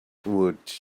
would